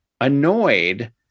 annoyed